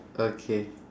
okay